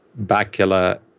Bacula